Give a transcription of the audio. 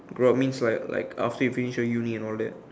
grow up means like like after you finish your uni and all that